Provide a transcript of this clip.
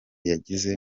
yagize